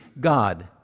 God